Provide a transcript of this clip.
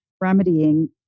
remedying